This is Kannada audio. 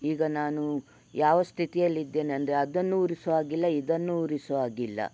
ಈಗ ನಾನು ಯಾವ ಸ್ಥಿತಿಯಲ್ಲಿ ಇದ್ದೇನೆಂದ್ರೆ ಅದನ್ನು ಉರಿಸೋಹಾಗಿಲ್ಲ ಇದನ್ನು ಉರಿಸೋಹಾಗಿಲ್ಲ